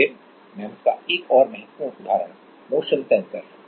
फिर एमईएमएस का एक और महत्वपूर्ण उदाहरण मोशन सेंसर है